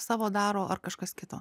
savo daro ar kažkas kito